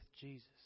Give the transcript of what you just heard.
Jesus